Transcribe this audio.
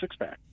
Sixpack